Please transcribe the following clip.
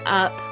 up